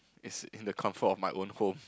it's in the comfort of my own home